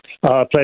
Pleasure